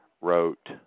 wrote